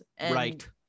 Right